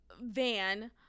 van